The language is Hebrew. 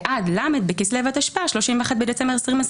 ועד ל' בכסלו התשפ"ה (31 בדצמבר 2024)